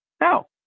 No